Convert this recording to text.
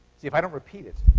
if i don't repeat it,